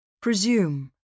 Presume